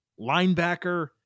linebacker